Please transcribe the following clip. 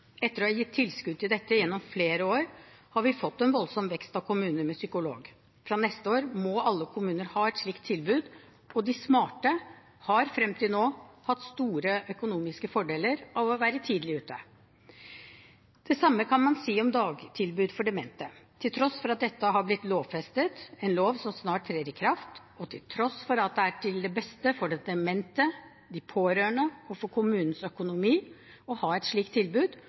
Etter å ha gitt tilskudd til dette gjennom flere år, har vi fått en voldsom vekst av kommuner med psykolog. Fra neste år må alle kommuner ha et slikt tilbud, og de smarte har frem til nå hatt store økonomiske fordeler av å ha vært tidlig ute. Det samme kan man si om dagtilbud for demente. Til tross for at dette har blitt lovfestet –– loven trer snart i kraft – til tross for at det er til det beste for den demente, de pårørende og for kommunens økonomi å ha et slikt tilbud,